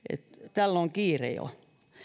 tällä on kiire jo